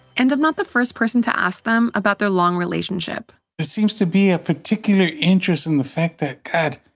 and i'm not the first person to ask them about their long relationship there seems to be a particular interest in the fact that, god,